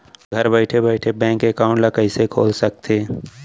घर बइठे बइठे बैंक एकाउंट ल कइसे खोल सकथे?